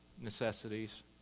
necessities